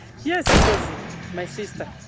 yes, because my sister.